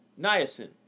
niacin